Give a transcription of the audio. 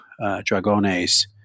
Dragones